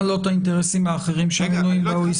לא את האינטרסים האחרים שקיימים ב-OECD?